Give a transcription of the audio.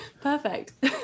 Perfect